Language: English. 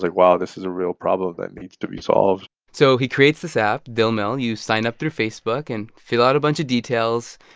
like wow. this is a real problem that needs to be solved so he creates this app dil mil. you sign up through facebook and fill out a bunch of details,